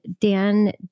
Dan